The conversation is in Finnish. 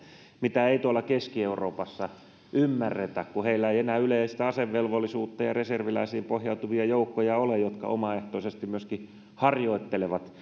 mitä ei tuolla keski euroopassa ymmärretä kun heillä ei enää yleistä asevelvollisuutta ja reserviläisiin pohjautuvia joukkoja ole jotka omaehtoisesti myöskin harjoittelevat